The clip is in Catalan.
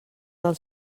del